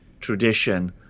tradition